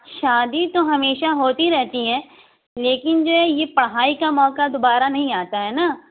شادی تو ہمیشہ ہوتی رہتی ہے لیکن جو ہے یہ پڑھائی کا موقع دوبارہ نہیں آتا ہے نا